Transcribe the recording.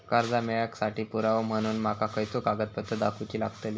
कर्जा मेळाक साठी पुरावो म्हणून माका खयचो कागदपत्र दाखवुची लागतली?